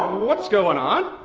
what's going on?